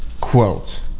quote